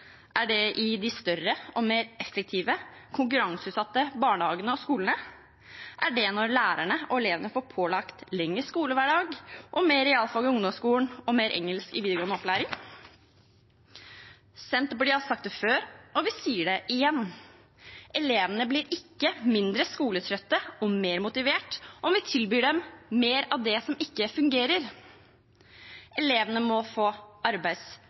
Er det i de større og mer effektive konkurranseutsatte barnehagene og skolene? Er det når lærerne og elevene får pålagt lengre skolehverdag, mer realfag i ungdomsskolen og mer engelsk i videregående opplæring? Senterpartiet har sagt det før, og vi sier det igjen: Elevene blir ikke mindre skoletrøtte og mer motivert om vi tilbyr dem mer av det som ikke fungerer. Elevene må få